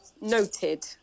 noted